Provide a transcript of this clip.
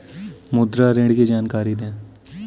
मुद्रा ऋण की जानकारी दें?